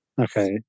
Okay